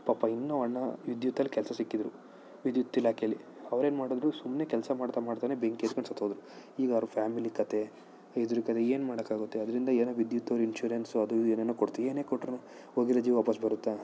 ಪಾಪ ಇನ್ನೂ ಅಣ್ಣ ವಿದ್ಯುತ್ತಲ್ಲಿ ಕೆಲಸ ಸಿಕ್ಕಿದ್ರು ವಿದ್ಯುತ್ ಇಲಾಖೆಲಿ ಅವ್ರೆನು ಮಾಡಿದ್ರು ಸುಮ್ನೆ ಕೆಲಸ ಮಾಡ್ತಾ ಮಾಡ್ತಲೇ ಬೆಂಕಿ ಹತ್ಕೊಂಡು ಸತ್ತೋದ್ರು ಈಗ ಅವರ ಫ್ಯಾಮಿಲಿ ಕಥೆ ಇದ್ರ ಕಥೆ ಏನು ಮಾಡೊಕ್ಕಾಗುತ್ತೆ ಅದರಿಂದ ಏನು ವಿದ್ಯುತ್ತವರು ಇನ್ಷೂರೆನ್ಸು ಅದು ಇದು ಏನೇನೋ ಕೊಟ್ತು ಏನೇ ಕೊಟ್ರೂ ಹೋಗಿರೋ ಜೀವ ವಾಪಸ್ ಬರುತ್ತಾ